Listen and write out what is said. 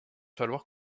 falloir